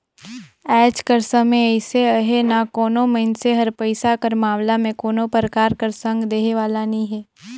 आएज कर समे अइसे अहे ना कोनो मइनसे हर पइसा कर मामला में कोनो परकार कर संग देहे वाला नी हे